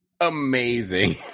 Amazing